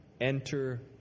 Enter